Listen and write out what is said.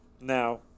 now